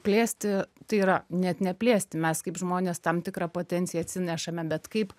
plėsti tai yra net ne plėsti mes kaip žmonės tam tikrą potenciją atsinešame bet kaip